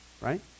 right